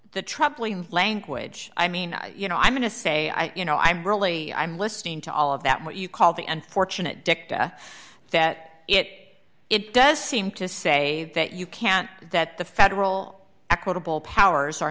troubling language i mean you know i'm going to say i you know i'm really i'm listening to all of that what you call the unfortunate dicta that it it does seem to say that you can't that the federal equitable powers